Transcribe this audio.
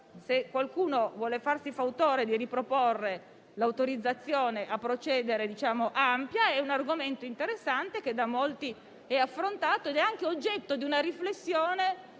Se qualcuno vuole farsi fautore di riproporre l'autorizzazione a procedere ampia, è un argomento interessante, che da molti è affrontato ed è anche oggetto di una riflessione